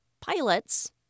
pilots